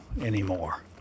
anymore